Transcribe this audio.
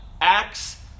Acts